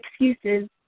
excuses